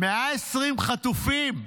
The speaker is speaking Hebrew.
120 חטופים,